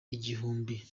igihumbi